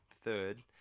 Third